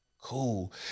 Cool